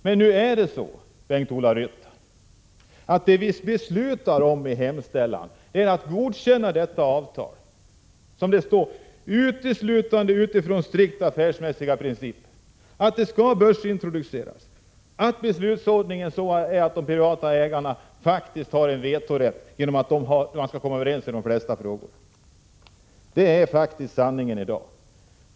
Men nu är det så, Bengt-Ola Ryttar, att det vi beslutar om i hemställan är att godkänna detta avtal som det står, uteslutande utifrån strikt affärsmässiga principer. SSAB skall börsintroduceras, och beslutsordningen är sådan att de privata ägarna faktiskt har vetorätt eftersom man skall komma överens i de flesta frågor. Det är faktiskt sanningen i dag.